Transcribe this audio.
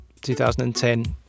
2010